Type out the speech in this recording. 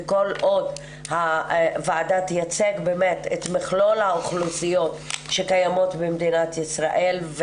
וכל עוד הוועדה תייצג באמת את מכלול האוכלוסיות שקיימות במדינת ישראל,